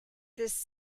this